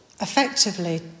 effectively